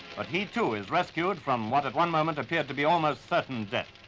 but he, too, is rescued from what at one moment appeared to be almost certain death.